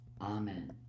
Amen